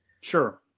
Sure